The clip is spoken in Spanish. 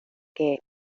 que